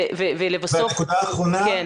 הנקודה האחרונה,